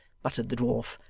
muttered the dwarf,